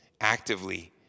actively